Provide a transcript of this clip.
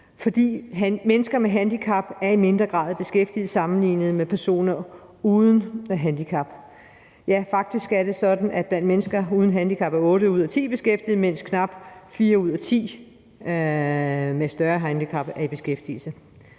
For mennesker med handicap er i mindre grad i beskæftigelse sammenlignet med personer uden handicap. Ja, faktisk er det sådan, at otte ud af ti mennesker uden handicap er beskæftigede, mens knap fire ud af ti med større handicap er i beskæftigelse.